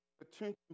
attention